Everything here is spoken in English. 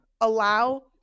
allow